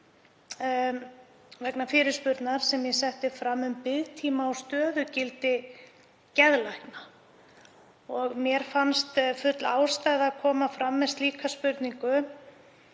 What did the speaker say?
vegna fyrirspurnar sem ég setti fram um biðtíma og stöðugildi geðlækna. Mér fannst full ástæða til að koma fram með slíka spurningu